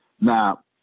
Now